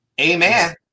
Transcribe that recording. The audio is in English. amen